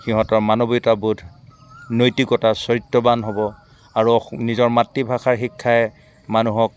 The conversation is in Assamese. সিহঁতৰ মানৱীয়তাবোধ নৈতিকতা চৰিত্ৰৱান হ'ব আৰু নিজৰ মাতৃভাষাৰ শিক্ষাই মানুহক